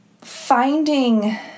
Finding